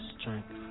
strength